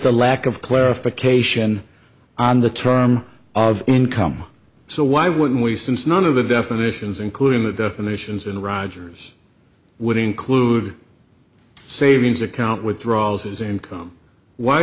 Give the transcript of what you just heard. a lack of clarification on the term of income so why wouldn't we since none of the definitions including the definitions in rogers would include savings account withdrawals as income why